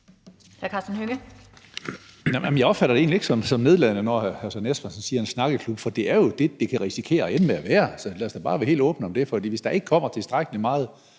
jeg opfatter det egentlig ikke som nedladende, når hr. Søren Espersen siger, at det er en slags snakkeklub, for det er jo det, det kan risikere at ende med at være. Lad os da bare være helt åbne om det. For hvis der ikke kommer tilstrækkelig meget